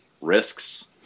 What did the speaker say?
risks